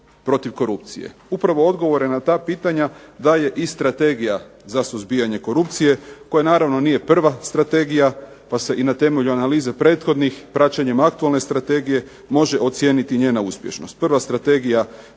Upravo odgovore na ta pitanja daje i strategija za suzbijanje korupcije koja naravno nije prva strategija pa se i na temelju analize prethodnih, praćenjem aktualne strategije može ocijeniti njena uspješnost.